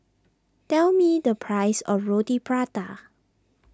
tell me the price of Roti Prata